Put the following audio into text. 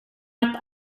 att